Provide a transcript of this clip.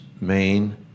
main